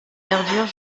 perdure